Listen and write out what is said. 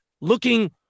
looking